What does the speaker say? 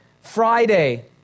Friday